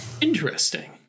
Interesting